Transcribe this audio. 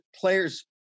players